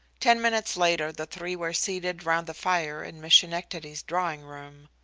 ten minutes later the three were seated round the fire in miss schenectady's drawing-room.